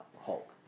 Hulk